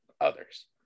others